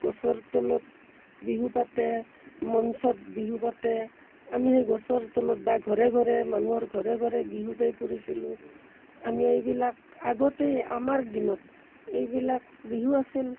গছৰ তলত বিহু পাতে মঞ্চত বিহু পাতে আমি সেই গছৰ তলত বা ঘৰে ঘৰে মানুহৰ ঘৰে ঘৰে বিহু গাই ফুৰিছিলোঁ আমি এইবিলাক আগতেই আমাৰ দিনত এইবিলাক বিহু আছিল